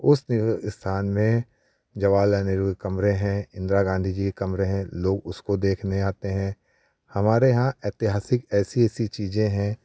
उस दिन स्थान में जवाहरलाल नेहरू के कमरे हैं इंदिरा गांधी जी के कमरे हैं लोग उसको देखने आते हैं हमारे यहाँ ऐतिहासिक ऐसी ऐसी चीज़ें हैं